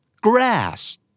Grass